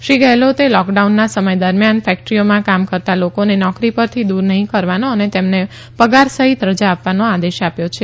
શ્રી ગોહલોતે લોકડાઉનના સમય દરમિયાન ફેકટરીઓમાં કામ કરતાં લોકોને નોકરી પરથી દૂર નહીં કરવાનો અને તેમને પગાર સહિત રજા આપવાનો આદેશ આપ્યો છે